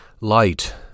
Light